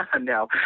No